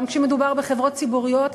גם כשמדובר בחברות ציבוריות,